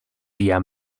via